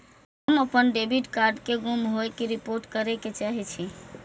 हम अपन debit card के गुम होय के रिपोर्ट करे के चाहि छी